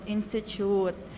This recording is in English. Institute